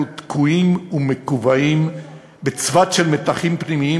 אנחנו תקועים ומקובעים בצבת של מתחים פנימיים